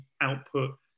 output